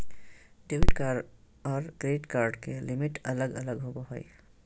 debit card आर credit card के limit अलग अलग होवो हय